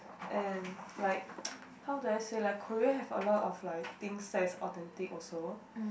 and like how do I say like Korea have a lot of like things that are authentic also